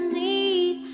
need